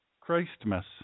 Christmas